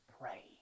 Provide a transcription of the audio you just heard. pray